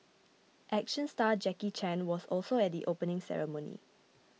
action star Jackie Chan was also at the opening ceremony